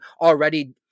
already